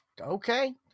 okay